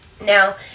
Now